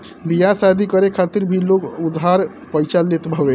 बियाह शादी करे खातिर भी लोग उधार पइचा लेत हवे